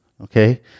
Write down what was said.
okay